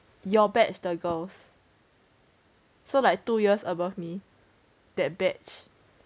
your batch the girls so like two years above me that batch